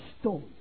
stone